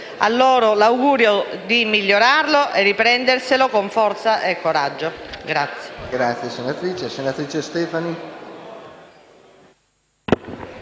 A loro l'augurio di migliorarlo e riprenderselo con forza e coraggio.